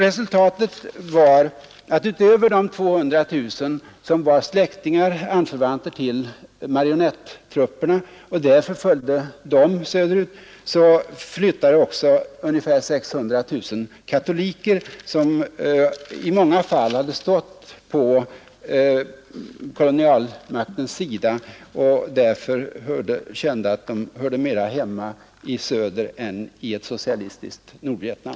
Resultatet blev att utöver de 200 000, som var anförvanter till marionettrupperna och därför följde dem söderut, flyttade också ungefär 600 000 katoliker, som i många fall stått på kolonialmaktens sida och därför kände att de mera hörde hemma i söder än ett i socialistiskt Nordvietnam.